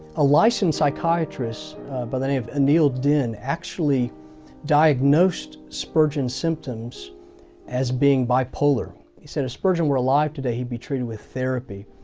a licensed psychiatrist by the name of anil den actually diagnosed spurgeon symptoms as being bipolar. he said if spurgeon were alive today, he'd be treated with therapy